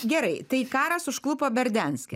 gerai tai karas užklupo berdianske